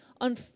on